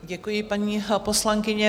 Děkuji, paní poslankyně.